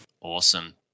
Awesome